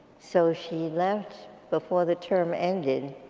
so she left before the term ended,